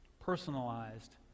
personalized